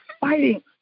fighting